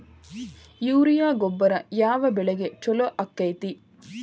Urea ಗೊಬ್ಬರ ಯಾವ ಬೆಳಿಗೆ ಛಲೋ ಆಕ್ಕೆತಿ?